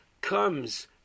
comes